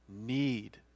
need